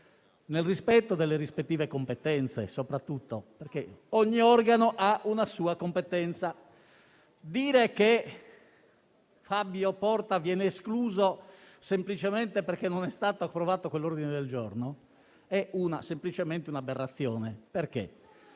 nel rispetto delle rispettive competenze, perché ogni organo ha una sua competenza. Dire che Fabio Porta viene escluso perché non è stato approvato quell'ordine del giorno è semplicemente un'aberrazione. A questo